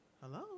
Hello